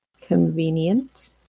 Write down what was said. Convenient